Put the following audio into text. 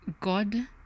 God